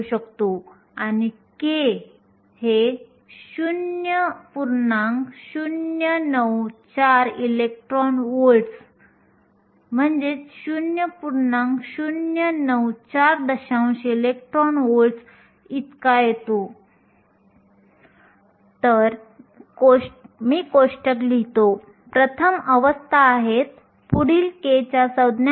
तर दोन विखुरलेल्या घटना दरम्यान इलेक्ट्रॉनने केलेले अंतर म्हणजे v थर्मल टाइम्स टाऊ होय जे आपण गणित केल्याने 2